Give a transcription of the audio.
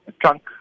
trunk